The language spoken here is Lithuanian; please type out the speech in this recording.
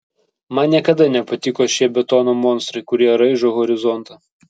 man niekada nepatiko šie betono monstrai kurie raižo horizontą